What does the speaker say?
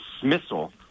dismissal